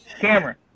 Camera